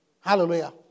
Hallelujah